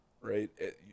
right